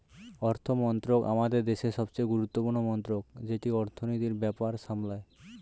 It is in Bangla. অর্থমন্ত্রক আমাদের দেশের সবচেয়ে গুরুত্বপূর্ণ মন্ত্রক যেটি অর্থনীতির ব্যাপার সামলায়